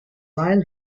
while